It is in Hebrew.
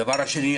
הדבר השני,